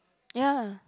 ya